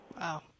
Wow